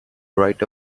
right